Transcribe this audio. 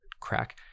crack